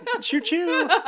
Choo-choo